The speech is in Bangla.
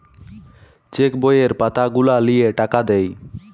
চেক বইয়ের পাতা গুলা লিয়ে টাকা দেয়